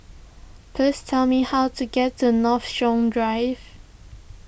please tell me how to get to Northshore Drive